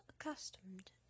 accustomed